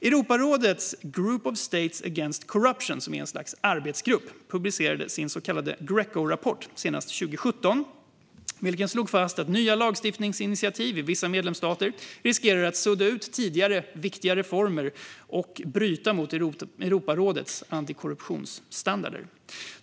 Europarådets Group of States against Corruption, ett slags arbetsgrupp, publicerade sin senaste så kallade Grecorapport 2017, vilken slog fast att nya lagstiftningsinitiativ i vissa medlemsstater riskerar att sudda ut tidigare viktiga reformer och bryta mot Europarådets antikorruptionsstandarder.